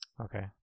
Okay